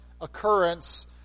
occurrence